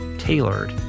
Tailored